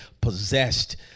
possessed